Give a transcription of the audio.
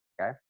okay